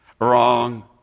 Wrong